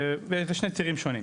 אלה שני צירים שונים.